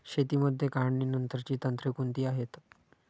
शेतीमध्ये काढणीनंतरची तंत्रे कोणती आहेत?